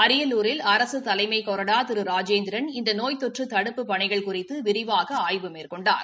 அரியலூரில் அரசு தலைமை கொறடா திரு ராஜேந்திரன் இந்த நோய் தொற்று தடுப்புப் பணிகள் குறித்து விரிவாக ஆய்வு மேற்கொண்டர்